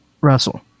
russell